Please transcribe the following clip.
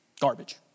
Garbage